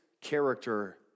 character